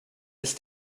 ist